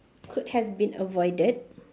could have been avoided